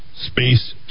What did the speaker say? space